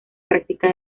práctica